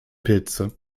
pilze